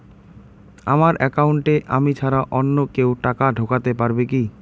আমার একাউন্টে আমি ছাড়া অন্য কেউ টাকা ঢোকাতে পারবে কি?